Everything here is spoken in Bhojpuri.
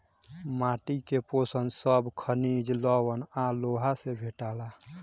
माटी के पोषण सब खनिज, लवण आ लोहा से भेटाला